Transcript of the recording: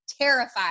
terrified